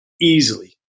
easily